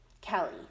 Kelly